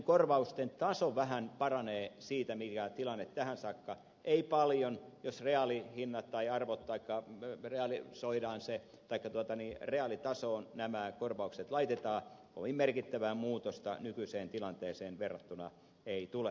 korvausten taso vähän paranee siitä mikä tilanne on ollut tähän saakka mutta ei paljon jos tarkastellaan reaalihintoja tai arvot vaikka vyötäröään isoin asia arvoja taikka realisoidaan ne taikka reaalitasoon nämä korvaukset laitetaan kovin merkittävää muutosta nykyiseen tilanteeseen verrattuna ei tule